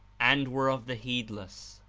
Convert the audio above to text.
and were of the heedless.